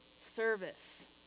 service